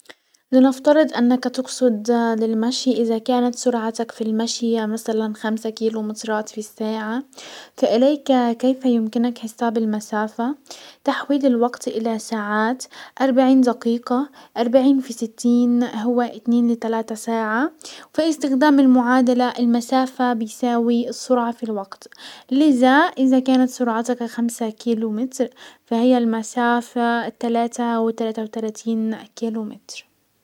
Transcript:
لنفترض انك تقصد للمشي ازا كانت سرعتك في المشي يعني مسلا خمسة كيلو مترات في الساعة، فاليك كيف يمكنك حساب المسافة، تحويل الوقت الى ساعات اربعين دقيقة اربعين في ستين هو اتنين لتلاتة ساعة، وفي استخدام المعادلة، المسافة بيساوي السرعة في الوقت. لزا ازا كانت سرعتك خمسة كيلو متر، فهي المسافة التلاتة وتلاتة وتلاتين كيلو متر.